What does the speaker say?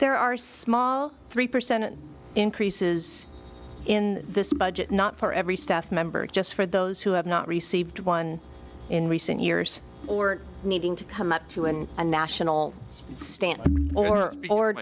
there are small three percent increases in this budget not for every staff member just for those who have not received one in recent years or needing to come up to and a national standard or or